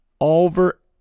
over